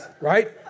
Right